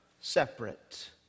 separate